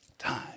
time